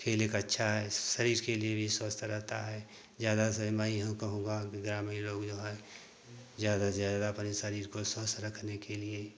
खेल एक अच्छा है शरीर के लिए भी स्वस्थ रहता है ज़्यादा से मैं कहूँगा कि ग्रामीण लोग जो हैं ज़्यादा से ज़्यादा अपने शरीर को स्वस्थ रखने के लिए